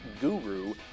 guru